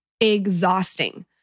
exhausting